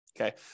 Okay